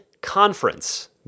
conference